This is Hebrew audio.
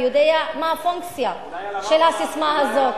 ויודע מה הפונקציה של הססמה הזאת,